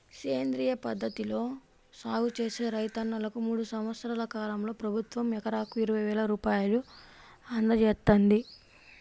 సేంద్రియ పద్ధతిలో సాగు చేసే రైతన్నలకు మూడు సంవత్సరాల కాలంలో ప్రభుత్వం ఎకరాకు ఇరవై వేల రూపాయలు అందజేత్తంది